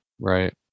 right